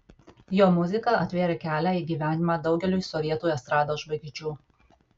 jo muzika atvėrė kelią į gyvenimą daugeliui sovietų estrados žvaigždžių